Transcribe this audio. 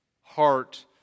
heart